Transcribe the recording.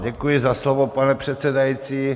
Ano, děkuji za slovo, pane předsedající.